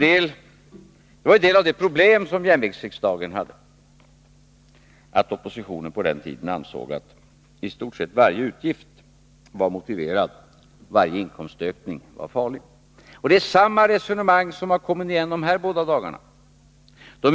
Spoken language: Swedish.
En del av det problem som jämviktsriksdagen hade var att oppositionen på den tiden ansåg att i stort sett varje utgift var motiverad och varje inkomstökning var farlig. Det är samma resonemang som har kommit igen de här båda dagarna.